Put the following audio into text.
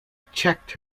checked